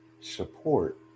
support